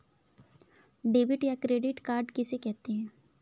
Debit या credit card किसे कहते हैं?